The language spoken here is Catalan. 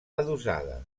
adossada